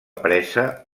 presa